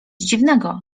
dziwnego